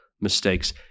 mistakes